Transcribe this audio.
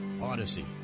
Odyssey